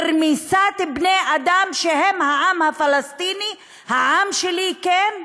ורמיסת בני-אדם שהם העם הפלסטיני, העם שלי, כן.